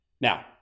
Now